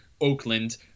Oakland